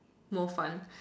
more fun